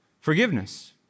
Forgiveness